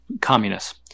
communists